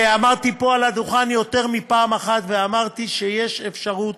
ועמדתי פה על הדוכן יותר מפעם אחת ואמרתי שיש אפשרות,